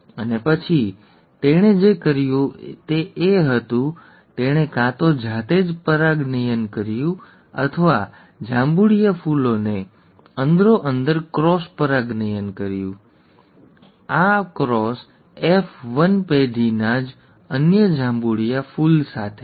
અને પછી તેણે જે કર્યું તે એ હતું કે તેણે કાં તો જાતે જ પરાગનયન કર્યું અથવા જાંબુડિયા ફૂલોને અંદરોઅંદર ક્રોસ પરાગનયન કર્યું ઠીક છે આ ક્રોસ એફ 1 પેઢીના જ અન્ય જાંબુડિયા ફૂલ સાથે છે